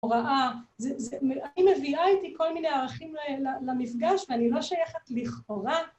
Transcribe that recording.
הוראה, אני מביאה איתי כל מיני ערכים למפגש ואני לא שייכת לכאורה